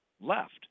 left